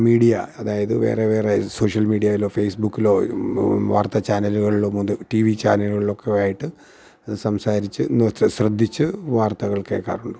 media അതായത് വേറെ വേറെ സോഷ്യൽ മീഡിയായിലോ ഫേസ് ബുക്കിലോ വാർത്താ ചാനലുകളിലോ ടി വി ചാനൽകളൊക്കെ ആയിട്ട് സംസാരിച്ച് ശ്രദ്ധിച്ച് വാർത്തകൾ കേക്കാറുണ്ട്